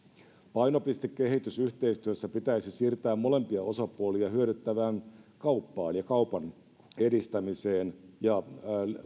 painopiste kehitysyhteistyössä pitäisi siirtää molempia osapuolia hyödyttävään kauppaan ja kaupan edistämiseen ja